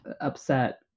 upset